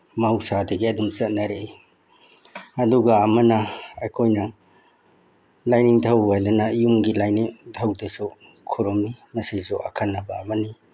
ꯃꯍꯧꯁꯥꯗꯒꯤ ꯑꯗꯨꯝ ꯆꯠꯅꯔꯛꯏ ꯑꯗꯨꯒ ꯑꯃꯅ ꯑꯩꯈꯣꯏꯅ ꯂꯥꯏꯅꯤꯡꯊꯧ ꯍꯥꯏꯗꯅ ꯌꯨꯝꯒꯤ ꯂꯥꯏꯅꯤꯡꯊꯧꯗꯁꯨ ꯈꯨꯔꯨꯝꯃꯤ ꯃꯁꯤꯁꯨ ꯑꯈꯟꯅꯕ ꯑꯃꯅꯤ